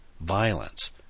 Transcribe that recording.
violence